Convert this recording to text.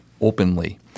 openly